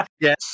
Yes